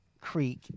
creek